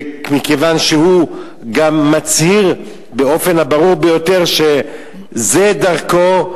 מכיוון שהוא גם מצהיר באופן הברור ביותר שזו דרכו,